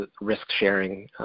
risk-sharing